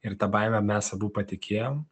ir ta baime mes abu patikėjom